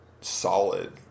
solid